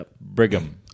Brigham